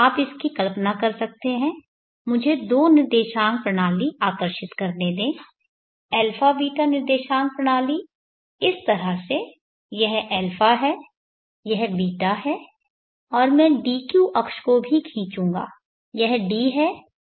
आप इसकी कल्पना कर सकते हैं मुझे दो निर्देशांक प्रणाली आकर्षित करने दें αβ निर्देशांक प्रणाली इस तरह से यह α है और β है और मैं dq अक्ष को भी खींचूंगा यह d है और ऑर्थोगनल q है